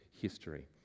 history